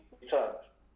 returns